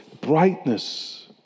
brightness